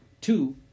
Two